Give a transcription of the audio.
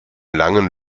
langen